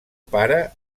pare